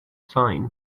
sign